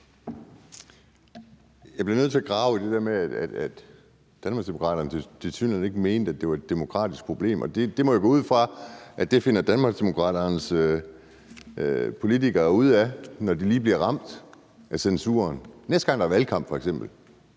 Jeg bliver nødt til at grave i det der med, at Danmarksdemokraterne tilsyneladende ikke mener, at det er et demokratisk problem, men det går jeg ud fra at Danmarksdemokraternes politikere finder ud af at det er, når de selv bliver ramt af censuren, f.eks. næste gang der er valgkamp. Så er det